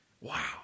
Wow